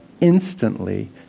instantly